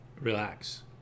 relax